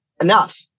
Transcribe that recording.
enough